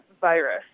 virus